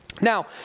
Now